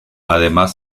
además